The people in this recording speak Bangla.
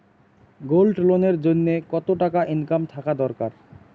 গোল্ড লোন এর জইন্যে কতো টাকা ইনকাম থাকা দরকার?